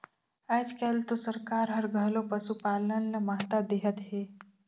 आयज कायल तो सरकार हर घलो पसुपालन ल महत्ता देहत हे